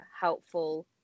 helpful